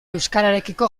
euskararekiko